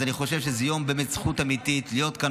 אני חושב שהיום זו זכות אמיתית להיות כאן